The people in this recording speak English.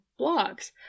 blogs